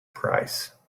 price